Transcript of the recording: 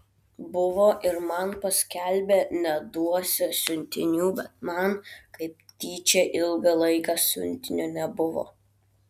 buvo ir man paskelbę neduosią siuntinių bet man kaip tyčia ilgą laiką siuntinio nebuvo